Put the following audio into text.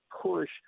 push